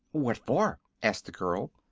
what for? asked the girl.